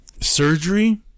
surgery